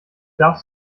darfst